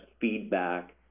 feedback